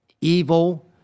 evil